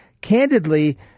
Candidly